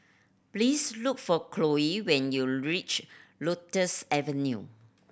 please look for Chloie when you reach Lotus Avenue